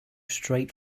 straight